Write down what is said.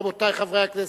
רבותי חברי הכנסת,